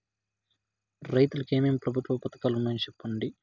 రైతుకు ఏమేమి ప్రభుత్వ పథకాలు ఉన్నాయో సెప్పండి?